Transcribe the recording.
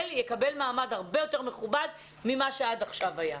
יקבל מעמד הרבה יותר מכובד ממה שעד עכשיו היה.